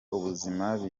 ubuzima